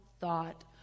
thought